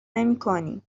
نمیکنی